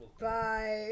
Bye